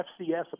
FCS